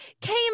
came